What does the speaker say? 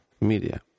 media